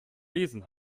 lesen